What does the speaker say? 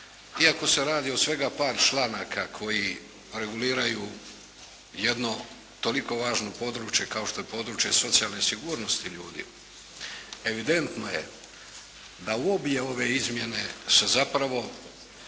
Iako se radi o svega par članaka koji reguliraju jedno toliko važno područje kao što je područje socijalne sigurnosti ljudi, evidentno je da u obje ove izmjene se zapravo